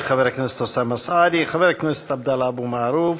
תודה לחבר הכנסת אוסאמה סעדי.